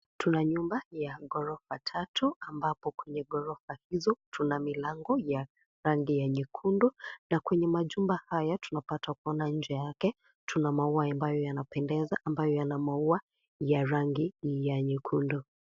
Tuna nyumba ya gorofa tatu ambapo kwenye gorofa hizo tuna milango ya rangi nyekundu na kwenye majumba haya tuna pata kuona nje yake. Tuna maua ambayo yanapendeza ambayo yana maua ya rangi ya nyekundu.